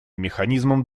механизмом